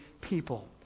people